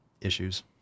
issues